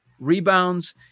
rebounds